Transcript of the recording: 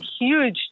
huge